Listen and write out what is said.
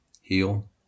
heal